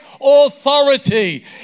authority